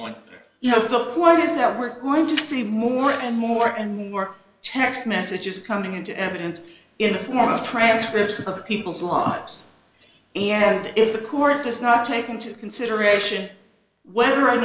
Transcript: on you know what is that we're going to see more and more and more text messages coming into evidence in the form of transcripts of people's lives and if the court does not take into consideration whether